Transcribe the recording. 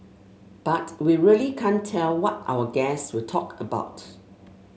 but we really can't tell what our guests will talk about